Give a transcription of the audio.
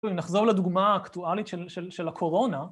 אם נחזור לדוגמה האקטואלית של של הקורונה